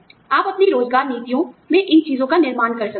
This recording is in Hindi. आप अपनी रोज़गार नीतियों में इन चीजों का निर्माण कर सकते हैं